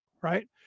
right